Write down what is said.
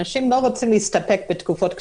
אנשים לא רוצים להסתפק בתקופות קצרות.